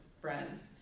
friends